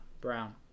brown